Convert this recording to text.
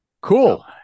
Cool